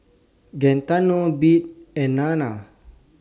Gaetano Bee and Nana